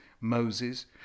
Moses